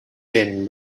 been